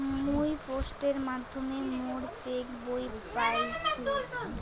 মুই পোস্টের মাধ্যমে মোর চেক বই পাইসু